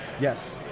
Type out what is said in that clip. yes